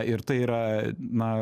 ir tai yra na